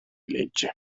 legge